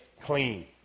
clean